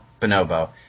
Bonobo